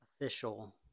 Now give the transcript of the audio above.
official